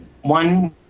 one